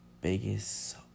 biggest